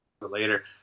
later